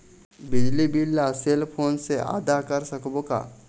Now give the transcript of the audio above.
बिजली बिल ला cell phone से आदा कर सकबो का?